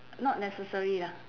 not necessary lah